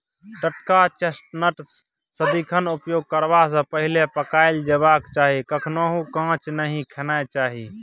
टटका चेस्टनट सदिखन उपयोग करबा सँ पहिले पकाएल जेबाक चाही कखनहुँ कांच नहि खेनाइ चाही